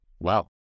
Wow